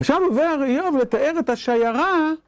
עכשיו עובר איוב לתאר את השיירה...